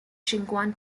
sichuan